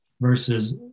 versus